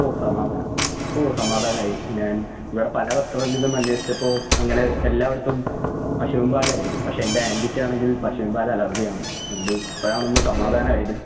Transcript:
ഓ സമാധാനം ഓ സമാധാനമായി ഞാൻ ഇവിടെ പല റെസ്റ്റൊറൻറിലും അന്വേഷിച്ചപ്പോൾ അങ്ങനെ എല്ലായിടത്തും പശൂമ്പാലായിരുന്നു പക്ഷേ എൻറെ ആൻറിക്കാണെങ്കിൽ പശൂമ്പാൽ അലർജി ആണ് അതുകൊണ്ട് ഇപ്പോഴാണ് ഒന്ന് സമാധാനം ആയത്